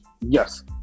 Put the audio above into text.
Yes